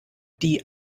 die